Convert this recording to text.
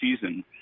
season